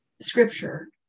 scripture